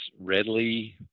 readily